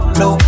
no